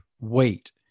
weight